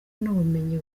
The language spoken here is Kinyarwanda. n’ubumenyi